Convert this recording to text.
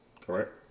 Correct